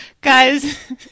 guys